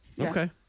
Okay